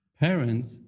Parents